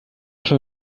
schon